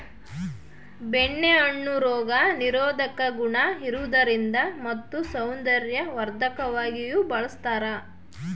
ಬೆಣ್ಣೆ ಹಣ್ಣು ರೋಗ ನಿರೋಧಕ ಗುಣ ಇರುವುದರಿಂದ ಮತ್ತು ಸೌಂದರ್ಯವರ್ಧಕವಾಗಿಯೂ ಬಳಸ್ತಾರ